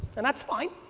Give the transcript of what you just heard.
and that's fine,